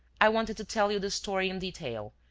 i wanted to tell you the story in detail,